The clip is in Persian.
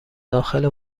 داخل